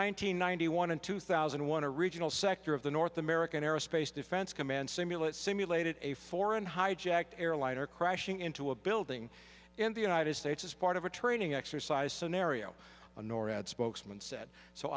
hundred ninety one and two thousand and one a regional sector of the north american aerospace defense command simulate simulated a foreign hijacked airliner crashing into a building in the united states as part of a training exercise scenario norad spokesman said so